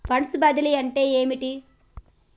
Funds బదిలీ అంటే ఏమిటి?